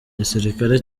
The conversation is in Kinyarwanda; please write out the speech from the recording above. igisirikare